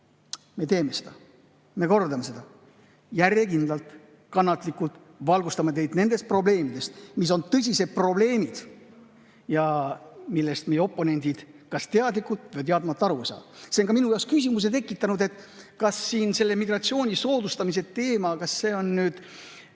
Me teeme seda, me kordame järjekindlalt, kannatlikult, valgustame teid nendes probleemides, mis on tõsised probleemid ja millest meie oponendid kas teadlikult või teadmata aru ei saa. See on ka minu jaoks küsimuse tekitanud, kas migratsiooni soodustamise teema puhul on nüüd